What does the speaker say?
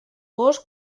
gos